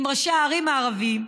עם ראשי הערים הערבים,